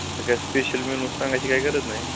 असं काय special menu सांगायची काय गरज नाही